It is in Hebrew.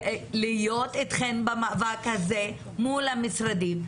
להיות אתכן במאבק הזה מול המשרדים.